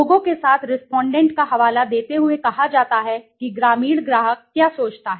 लोगों के साथ रेसपॉन्डेंट का हवाला देते हुए कहा जाता है कि ग्रामीण ग्राहक क्या सोचता है